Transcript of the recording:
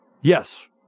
Yes